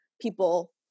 people